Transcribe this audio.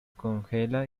congela